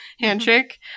handshake